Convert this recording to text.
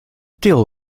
deal